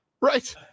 right